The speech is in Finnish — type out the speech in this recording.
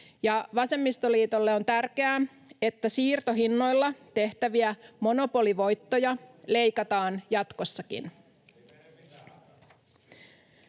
vasemmistoliitolle on tärkeää, että siirtohinnoilla tehtäviä monopolivoittoja leikataan jatkossakin.